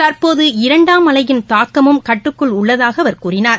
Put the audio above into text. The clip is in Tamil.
தற்போது இரண்டாம் அலையின் தாக்கழம் கட்டுக்குள் உள்ளதாக அவர் கூறினார்